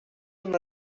una